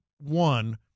one